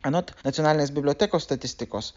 anot nacionalinės bibliotekos statistikos